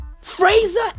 Fraser